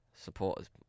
supporters